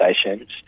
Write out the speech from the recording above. stations